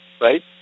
right